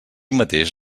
mateix